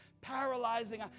paralyzing